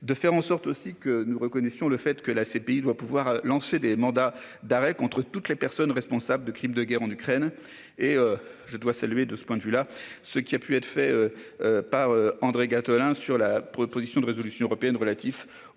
de faire en sorte aussi que nous reconnaissions le fait que la CPI doit pouvoir lancer des mandats d'arrêt contre toutes les personnes responsables de crimes de guerre en Ukraine et je dois saluer de ce point de vue-là, ce qui a pu être fait. Pas André Gattolin sur la proposition de résolution européenne relatif aux